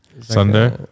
Sunday